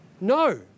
No